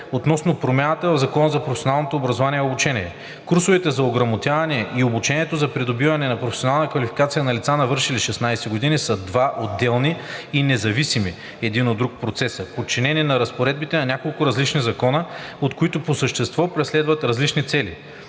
относно промяната в Закона за професионалното образование и обучение. Курсовете за ограмотяване и обучението за придобиване на професионална квалификация на лица, навършили 16 години, са два отделни и независими един от друг процеси, подчинени на разпоредбите на няколко различни закона и които по същество преследват различни цели.